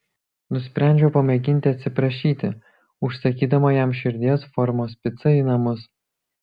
nusprendžiau pamėginti atsiprašyti užsakydama jam širdies formos picą į namus